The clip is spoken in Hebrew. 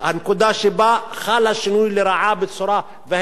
הנקודה שבה חל השינוי לרעה וההידרדרות,